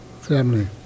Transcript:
Family